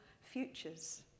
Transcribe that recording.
futures